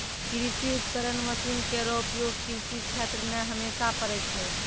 कृषि उपकरण मसीन केरो उपयोग कृषि क्षेत्र मे हमेशा परै छै